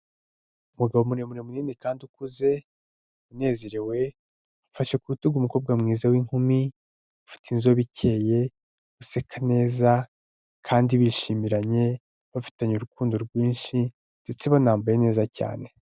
Umugabo muremure munini kandi ukuze unezerewe, ufashe ku rutugu umukobwa mwiza w'inkumi, ufite inzobe ikeye, useka neza, kandi bishimiranye bafitanye urukundo rwinshi ndetse banambaye neza cyane.